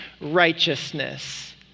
righteousness